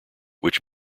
which